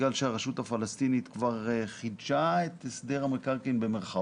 בגלל שהרשות הפלסטינית כבר חידשה את "הסדר המקרקעין"